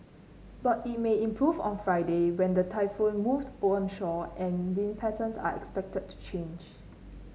but it may improve on Friday when the typhoon moves onshore and wind patterns are expected to change